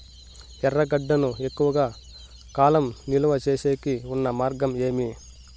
ఎర్రగడ్డ ను ఎక్కువగా కాలం నిలువ సేసేకి ఉన్న మార్గం ఏమి?